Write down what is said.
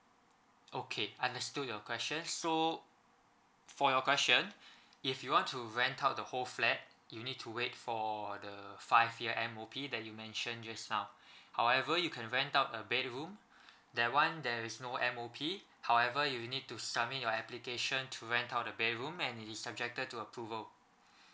okay understood your question so for your question if you want to rent out the whole flat you need to wait for the five year M_O_P that you mention just now however you can rent out a bedroom that [one] there is no M_O_P however you need to submit your application to rent out the bedroom and it is subjected to approval